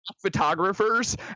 photographers